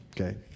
okay